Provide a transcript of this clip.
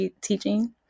teaching